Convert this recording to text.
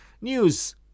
News